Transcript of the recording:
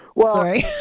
Sorry